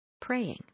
praying